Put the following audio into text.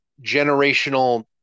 generational